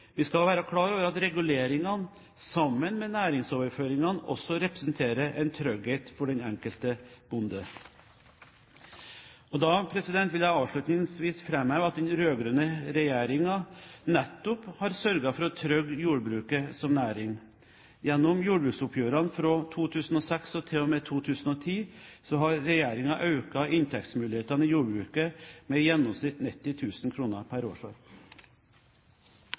Vi skal være klar over at reguleringene, sammen med næringsoverføringene, også representerer en trygghet for den enkelte bonde. Og da vil jeg avslutningsvis framheve at den rød-grønne regjeringen nettopp har sørget for å trygge jordbruket som næring. Gjennom jordbruksoppgjørene fra 2006 og til og med 2010 har regjeringen økt inntektsmulighetene i jordbruket med i gjennomsnitt 90 000 kr per